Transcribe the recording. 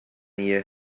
year